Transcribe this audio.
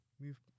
move